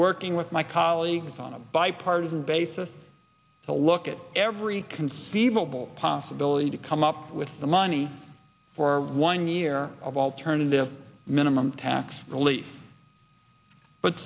working with my colleagues on a bipartisan basis to look at every conceivable possibility to come up with the money for one year of alternative minimum tax relief but